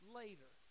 later